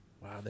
Wow